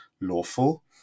lawful